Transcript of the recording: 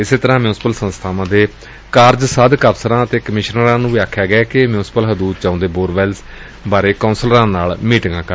ਇਸੇ ਤਰੂਾ ਮਿਉਂਸਪਲ ਸੰਸਬਾਵਾਂ ਦੇ ਕਾਰਜ ਸਾਧਕ ਅਫਸਰਾ ਅਤੇ ਕਮਿਸਨਰਾ ਨੂੰ ਵੀ ਕਿਹਾ ਗਿਐ ਕਿ ਮਿਉਸਪਲ ਹਦੂਦ ਚ ਆਉਂਦੇ ਬੋਰਵੈੱਲਜ਼ ਬਾਰੇ ਕੌਂਸਲਰਾਂ ਨਾਲ ਮੀਟਿੰਗ ਕਰਨ